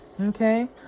Okay